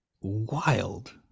Wild